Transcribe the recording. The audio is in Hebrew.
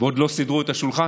ועוד לא סידרו את השולחן,